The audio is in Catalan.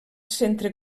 centre